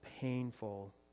painful